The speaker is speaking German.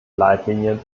leitlinien